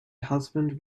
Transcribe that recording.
husband